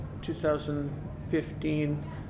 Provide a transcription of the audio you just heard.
2015